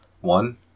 One